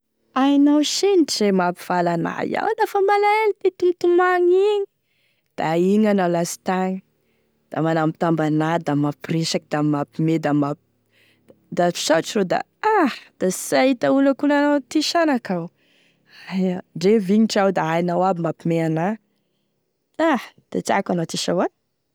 Ainao sinitry e mampifaly ana, iaho lafa, malaelo tia tom- tomagny igny da igny anao lastagny, da manambitamby ana, da mampiresaky, da mampihomehy da mamp- da misaotry ro da ah da sy ahita olo akonanao ty shanaky aho. Aia, ndre vignitry iaho da hainao aby mampihomehy ana, ah da tiako anao ty sa hoa.